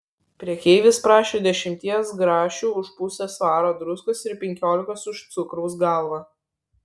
prekeivis prašė dešimties grašių už pusę svaro druskos ir penkiolikos už cukraus galvą